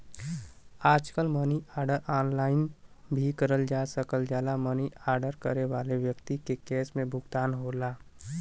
आजकल money order online भी करल जा सकल जाला मनी आर्डर करे वाले व्यक्ति के कैश में भुगतान होला